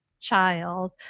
child